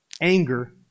anger